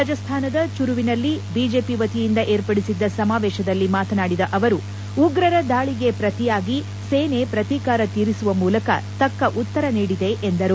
ರಾಜಸ್ತಾನದ ಚುರುವಿನಲ್ಲಿ ಬಿಜೆಪಿ ವತಿಯಿಂದ ಏರ್ಪಡಿಸಿದ್ದ ಸಮಾವೇಶದಲ್ಲಿ ಮಾತನಾಡಿದ ಅವರು ಉಗ್ರರ ದಾಳಿಗೆ ಪ್ರತಿಯಾಗಿ ಸೇನೆ ಪ್ರತೀಕಾರ ತೀರಿಸುವ ಮೂಲಕ ತಕ್ಕ ಉತ್ತರ ನೀಡಿದೆ ಎಂದರು